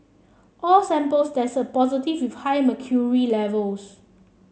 all samples tested positive with high mercury levels